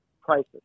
prices